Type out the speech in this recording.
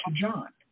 John